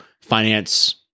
finance